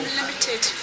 limited